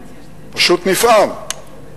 פשוט נפעם.